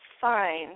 fine